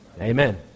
Amen